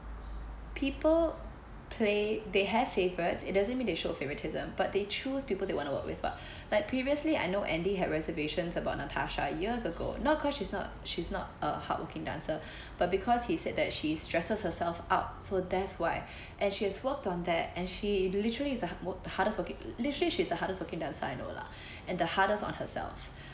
people play they have favourites it doesn't mean they show favouritism but they choose people they want to work with [what] like previously I know andy had reservations about natasha years ago not cause she's not she's not a hardworking dancer but because he said that she stresses herself up so that's why and she's worked on that and she literally is the mo~ the hardest working literally she's the hardest working dancer I know lah and the hardest on herself